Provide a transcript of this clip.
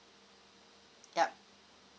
yup